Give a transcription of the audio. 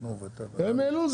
תנובה --- הם העלו,